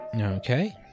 okay